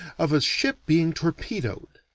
of a ship being torpedoed.